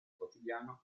quotidiano